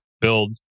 build